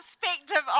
perspective